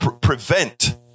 prevent